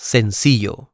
Sencillo